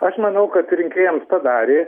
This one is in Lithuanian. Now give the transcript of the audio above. aš manau kad rinkėjams padarė